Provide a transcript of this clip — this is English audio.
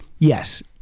yes